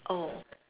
oh